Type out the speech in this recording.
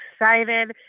excited